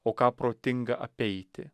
o ką protinga apeiti